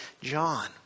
John